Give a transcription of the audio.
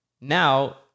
now